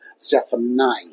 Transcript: Zephaniah